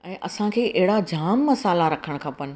ऐं असांखे अहिड़ा जामु मसाल्हा रखणु खपनि